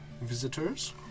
visitors